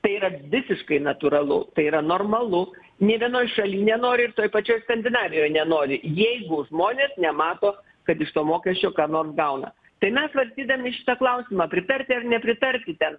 tai yra visiškai natūralu tai yra normalu ne vienoj šaly nenori ir toj pačioj skandinavijoj nenori jeigu žmonės nemato kad iš to mokesčio ką nors gauna tai mes svarstydami šitą klausimą pritarti ar nepritarti ten